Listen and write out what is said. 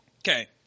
Okay